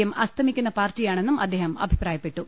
M അസ്തമിക്കുന്ന പാർട്ടിയാണെന്നും അദ്ദേഹം അഭി പ്രായപ്പെട്ടു